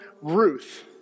Ruth